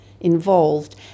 involved